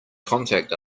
contact